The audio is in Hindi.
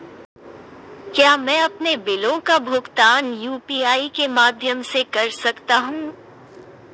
क्या मैं अपने बिलों का भुगतान यू.पी.आई के माध्यम से कर सकता हूँ?